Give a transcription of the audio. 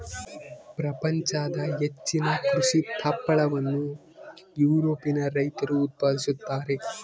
ಪ್ರಪಂಚದ ಹೆಚ್ಚಿನ ಕೃಷಿ ತುಪ್ಪಳವನ್ನು ಯುರೋಪಿಯನ್ ರೈತರು ಉತ್ಪಾದಿಸುತ್ತಾರೆ